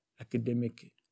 academic